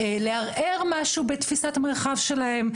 לערער משהו בתפיסת המרחב שלהם,